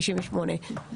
את מוזמנת לנמק.